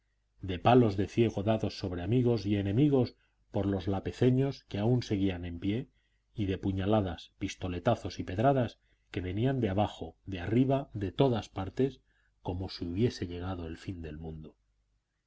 de palos de ciego dados sobre amigos y enemigos por los lapezeños que aún seguían en pie y de puñaladas pistoletazos y pedradas que venían de abajo de arriba de todas partes como si hubiese llegado el fin del mundo